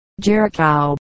Jericho